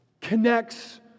connects